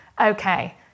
okay